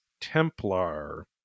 templar